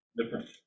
different